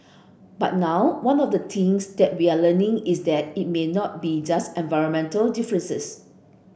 but now one of the things that we are learning is that it may not be just environmental differences